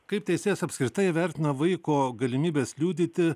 kaip teisėjas apskritai vertina vaiko galimybes liudyti